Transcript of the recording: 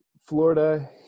Florida